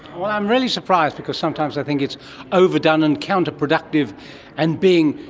well, i'm really surprised because sometimes i think it's overdone and counter-productive and being,